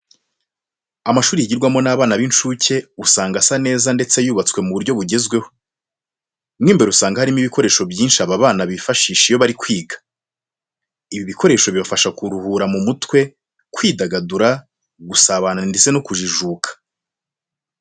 Amashuri yigirwamo n'abana b'incuke usanga asa neza ndetse yubatswe mu buryo bugezweho. Mo imbere usanga harimo ibikoresho byinshi aba bana bifashisha iyo bari kwiga. Ibi bikoresho bibafasha kuruhura mu mutwe, kwidagadura, gusabana ndetse no kujijuka.